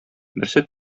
берсе